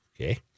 Okay